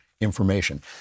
information